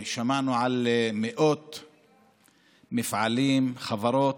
שמענו על מאות מפעלים, חברות,